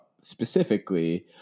specifically